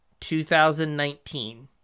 2019